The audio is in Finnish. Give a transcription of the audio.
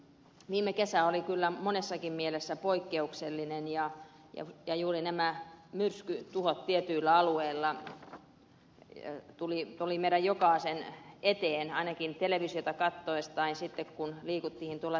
viime kesä oli kyllä monessakin mielessä poikkeuksellinen ja juuri nämä myrskytuhot tietyillä alueilla tulivat meidän jokaisen eteen ainakin televisiota katsoessa tai sitten kun liikuttiin tuolla tien päällä